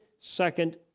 second